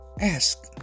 ask